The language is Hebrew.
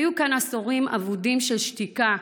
היו כאן עשורים אבודים של שתיקה,